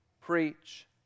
preach